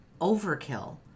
overkill